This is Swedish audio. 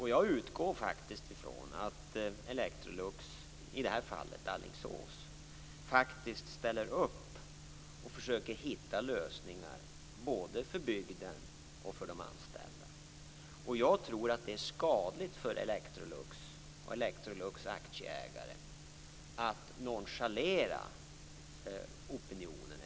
Jag utgår faktiskt från att Electrolux i det här fallet ställer upp och försöker hitta lösningar både för bygden och för de anställda. Jag tror att det är skadligt för Electrolux och dess aktieägare att nonchalera opinionen.